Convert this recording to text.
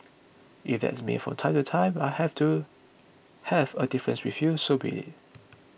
if that's means from time to time I have to have a difference with you so be it